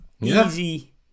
Easy